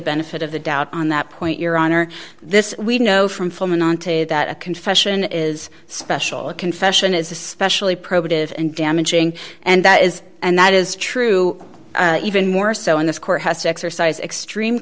benefit of the doubt on that point your honor this we know from filming on tape that a confession is special a confession is especially probative and damaging and that is and that is true even more so in this courthouse exercise extreme